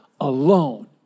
alone